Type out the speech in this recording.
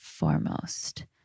foremost